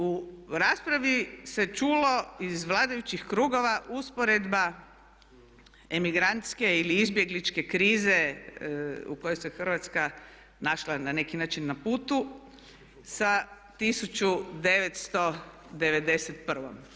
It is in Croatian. U raspravi se čulo iz vladajućih krugova usporedba emigrantske ili izbjegličke krize u kojoj se Hrvatska našla na neki način na putu sa 1991.